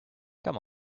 come